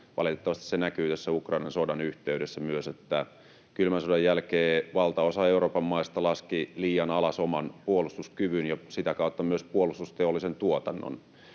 Valitettavasti näkyy tässä Ukrainan sodan yhteydessä myös, että kylmän sodan jälkeen valtaosa Euroopan maista laski liian alas oman puolustuskyvyn ja sitä kautta myös puolustusteollisen tuotannon.